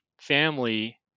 family